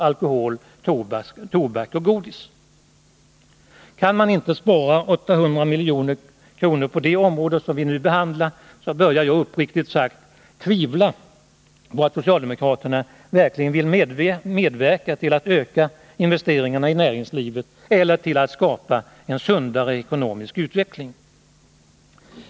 alkohol, tobak och godis? Kan man inte spara 800 milj.kr. på det område vi nu behandlar, så börjar jag uppriktigt sagt tvivla på att socialdemokraterna verkligen vill medverka till att öka investeringarna i näringslivet eller till att skapa en sundare ekonomisk utveckling.